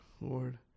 Lord